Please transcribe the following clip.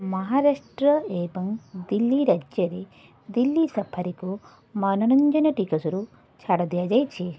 ମହାରାଷ୍ଟ୍ର ଏବଂ ଦିଲ୍ଲୀ ରାଜ୍ୟରେ ଦିଲ୍ଲୀ ସଫାରୀକୁ ମନୋରଞ୍ଜନ ଟିକସରୁ ଛାଡ଼ ଦିଆଯାଇଛି